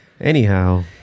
Anyhow